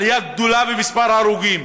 עלייה גדולה במספר ההרוגים,